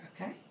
Okay